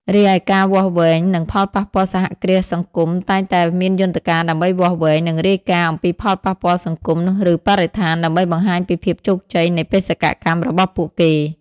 រីឯការវាស់វែងនឹងផលប៉ះពាល់សហគ្រាសសង្គមតែងតែមានយន្តការដើម្បីវាស់វែង និងរាយការណ៍អំពីផលប៉ះពាល់សង្គម ឬបរិស្ថាន ដើម្បីបង្ហាញពីភាពជោគជ័យនៃបេសកកម្មរបស់ពួកគេ ។